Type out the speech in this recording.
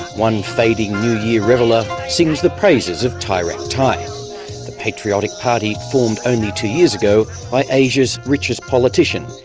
one fading new year reveller sings the praises of thai rak thai, a patriotic party formed only two years ago by asia's richest politician,